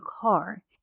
car